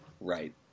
Right